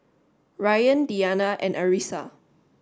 Ryan Diyana and Arissa